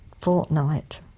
fortnight